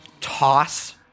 toss